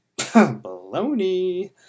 Baloney